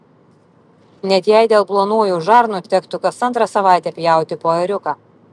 net jei dėl plonųjų žarnų tektų kas antrą savaitę pjauti po ėriuką